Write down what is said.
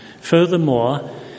Furthermore